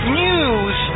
news